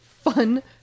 Fun